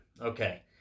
Okay